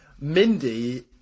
Mindy